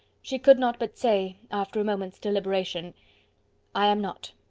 she could not but say, after a moment's deliberation i am not.